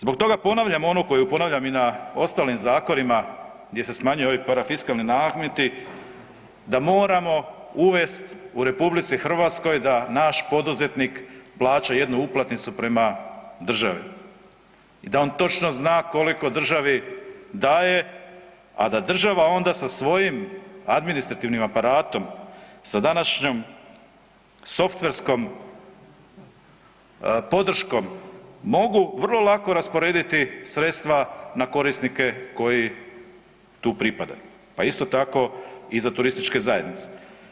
Zbog toga ponavljam onu koju ponavljam i na ostalim zakonima gdje se smanjuju ovi parafiskalni nameti da moramo uvest u RH da naš poduzetnik plaća jednu uplatnicu prema državi i da on točno zna koliko državi daje, a da država onda sa svojim administrativnim aparatom, sa današnjom softverskom podrškom mogu vrlo lako rasporediti sredstva na korisnike koji tu pripadaju, pa isto tako i za turističke zajednice.